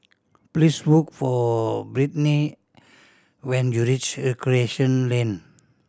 please look for Britni when you reach Recreation Lane